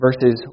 verses